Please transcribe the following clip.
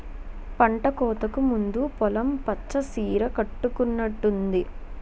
పంటకోతకు ముందు పొలం పచ్చ సీర కట్టుకునట్టుంది